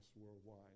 worldwide